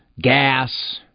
gas